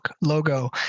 logo